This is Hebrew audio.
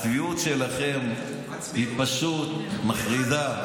הצביעות שלכם היא פשוט מחרידה.